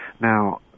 Now